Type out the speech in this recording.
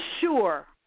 sure